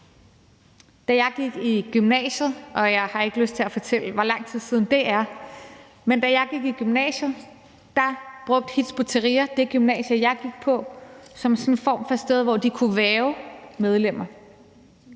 Da jeg gik i gymnasiet – og jeg har ikke lyst til at fortælle, hvor lang tid siden det er – brugte Hizb ut-Tahrir det gymnasie, jeg gik på, som sådan en form for sted, hvor de kunne hverve medlemmer.